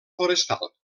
forestal